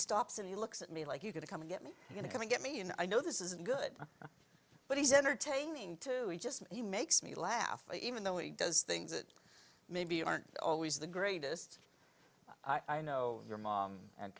stops and he looks at me like you can come get me going to come get me and i know this isn't good but he's entertaining to eat just he makes me laugh even though he does things that maybe aren't always the greatest i know your mom and